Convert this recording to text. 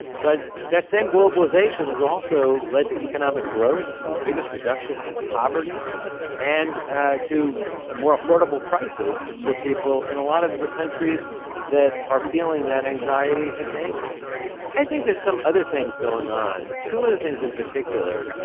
but that same globalization has also led to economic growth. the biggest reduction in poverty and ah to more affordable prices for people in a lot of the countries that are feeling that anxiety and anger i think there's some other things going on, two other things in particular,